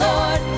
Lord